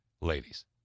ladies